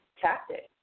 tactics